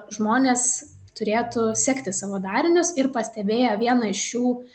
žmonės turėtų sekti savo darinius ir pastebėjo vieną iš šių